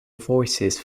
voices